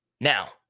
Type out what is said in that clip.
Now